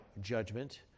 judgment